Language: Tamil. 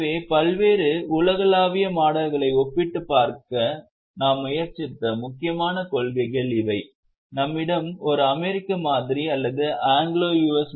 எனவே பல்வேறு உலகளாவிய மாடல்களை ஒப்பிட்டுப் பார்க்க நாம் முயற்சித்த முக்கியமான கொள்கைகள் இவை நம்மிடம் ஒரு அமெரிக்க மாதிரி அல்லது ஆங்கிலோ யு